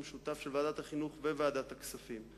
משותף של ועדת החינוך וועדת הכספים,